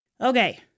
Okay